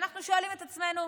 ואנחנו שואלים את עצמנו,